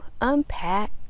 unpack